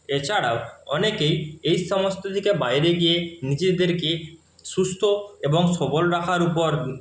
এছাড়াও অনেকেই এই সমস্ত দিকে বাইরে গিয়ে নিজেদেরকে সুস্থ এবং সবল রাখার উপর